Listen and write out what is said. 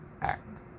act